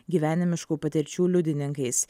gyvenimiškų patirčių liudininkais